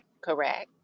correct